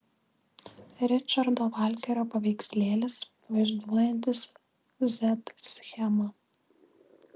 ričardo valkerio paveikslėlis vaizduojantis z schemą